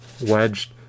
wedged